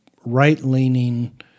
right-leaning